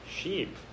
sheep